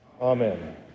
Amen